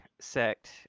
sect